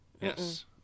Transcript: Yes